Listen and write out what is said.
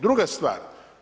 Druga stvar.